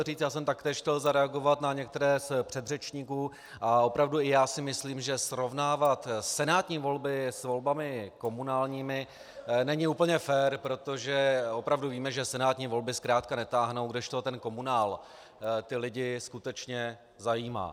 Já jsem taktéž chtěl zareagovat na některé z předřečníků a opravdu i já si myslím, že srovnávat senátní volby s volbami komunálními není úplně fér, protože opravdu víme, že senátní volby zkrátka netáhnou, kdežto ten komunál ty lidi skutečně zajímá.